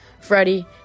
Freddie